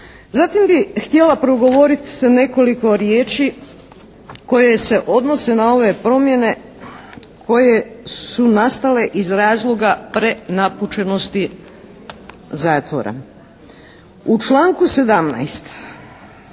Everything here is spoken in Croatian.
Zatim bih htjela progovoriti sa nekoliko riječi koje se odnose na ove promjene koje su nastale iz razloga prenapučenosti zatvora. U članku 17.